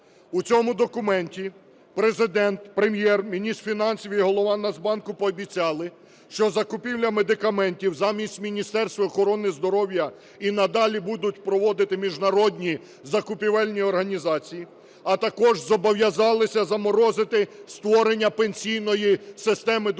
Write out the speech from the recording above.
У цьому документі Президент, Прем'єр, міністр фінансів і Голова Нацбанку пообіцяли, що закупівлю медикаментів, замість Міністерства охорони здоров'я, і надалі будуть проводити міжнародні закупівельні організації, а також зобов'язалися заморозити створення пенсійної системи другого